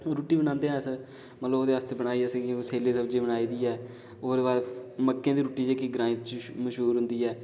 रुट्टी बनांदे ऐ अस मतलब ओह्दे आस्तै बनाई सैली सब्ज़ी बनाई दी ऐ ते ओह्दे बाद मक्के दी रोटी जेह्की ग्रां च मश्हूर होंदी ऐ